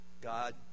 God